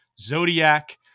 Zodiac